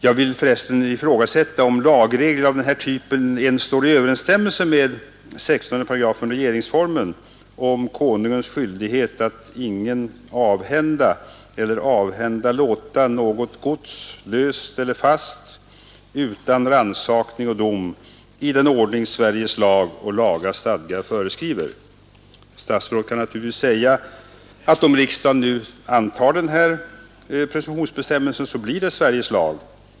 Jag vill för resten ifrågasätta om lagregler av den här typen står i överensstämmelse med 16 § regeringsformen om Konungens skyldighet att ”ingen avhända eller avhända låta något gods, löst eller fast, utan rannsakning och dom, i den ordning, Sveriges lag och laga stadgar föreskriva”. Statsrådet kan naturligtvis säga att om riksdagen nu antar denna presumtionsbestämmelse så blir den lag.